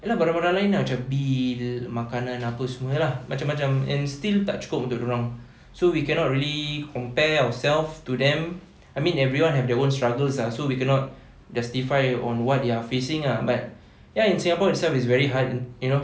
ye lah barang-barang lain macam bill makanan apa semua lah macam-macam and still tak cukup untuk dorang so we cannot really compare ourselves to them I mean everyone have their own struggles ah so we cannot justify on what they are facing ah but kan in singapore itself it's very hard you know